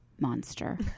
monster